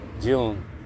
June